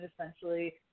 essentially